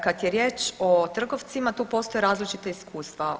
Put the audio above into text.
Kad je riječ o trgovcima tu postoje različita iskustva.